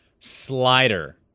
slider